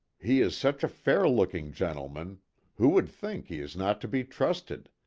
he is such a fair-looking gentleman who would think he is not to be trusted!